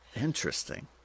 Interesting